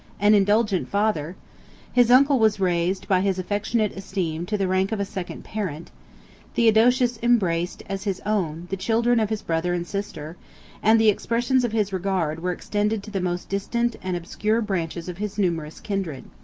an indulgent father his uncle was raised, by his affectionate esteem, to the rank of a second parent theodosius embraced, as his own, the children of his brother and sister and the expressions of his regard were extended to the most distant and obscure branches of his numerous kindred.